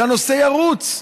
שהנושא ירוץ,